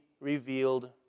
revealed